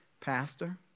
Pastor